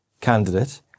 candidate